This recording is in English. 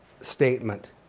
statement